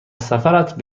سفرت